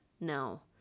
No